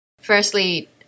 Firstly